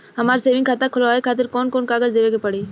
हमार सेविंग खाता खोलवावे खातिर कौन कौन कागज देवे के पड़ी?